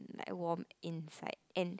warm inside and